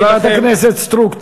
חברת הכנסת סטרוק,